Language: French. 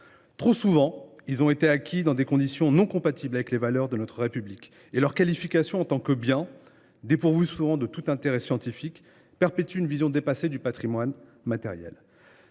trop fréquemment été acquis dans des conditions non compatibles avec les valeurs de notre République, et leur qualification en tant que « biens », dépourvus souvent de tout intérêt scientifique, perpétue une vision dépassée du patrimoine matériel.